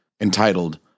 entitled